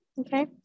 okay